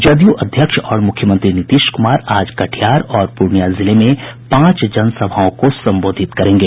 जदयू अध्यक्ष और मुख्यमंत्री नीतीश कुमार आज कटिहार और पूर्णियां जिले में पांच जनसभाओं को संबोधित करेंगे